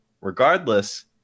Regardless